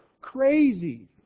crazy